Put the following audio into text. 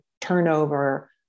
turnover